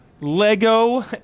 Lego